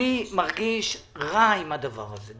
אני מרגיש רע עם הדבר הזה.